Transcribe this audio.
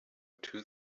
two